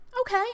okay